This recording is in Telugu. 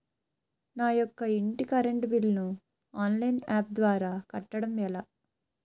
నేను నా యెక్క ఇంటి కరెంట్ బిల్ ను ఆన్లైన్ యాప్ ద్వారా కట్టడం ఎలా?